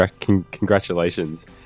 Congratulations